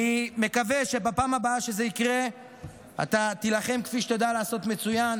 אני מקווה שבפעם הבאה שזה יקרה אתה תילחם כפי שאתה יודע לעשות מצוין,